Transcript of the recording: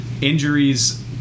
Injuries